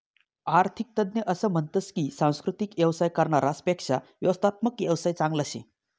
आरर्थिक तज्ञ असं म्हनतस की सांस्कृतिक येवसाय करनारास पेक्शा व्यवस्थात्मक येवसाय चांगला शे